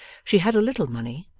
she had a little money,